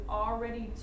already